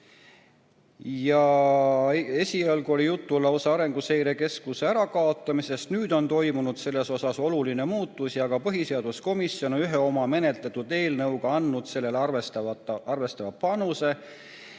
Esialgu oli juttu lausa Arenguseire Keskuse ärakaotamisest, nüüd on toimunud selles osas oluline muutus ja ka põhiseaduskomisjon on ühe oma menetletud eelnõuga andnud selleks arvestatava panuse.